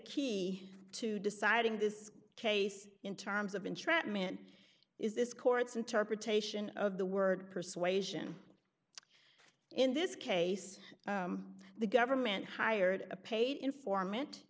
key to deciding this case in terms of entrapment is this court's interpretation of the word persuasion in this case the government hired a paid informant